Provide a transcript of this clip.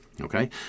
okay